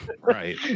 right